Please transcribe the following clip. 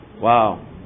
Wow